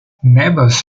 neighbors